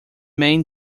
main